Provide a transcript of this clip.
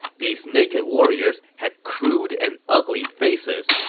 these naked warriors had crude and ugly faces.